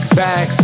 back